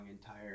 entire